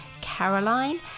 Caroline